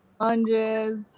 lunges